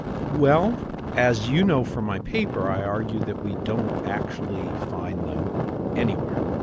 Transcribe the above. well as you know from my paper, i argue that we don't actually find them anywhere,